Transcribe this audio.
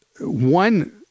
one